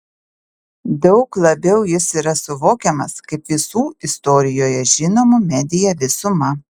daug labiau jis yra suvokiamas kaip visų istorijoje žinomų media visuma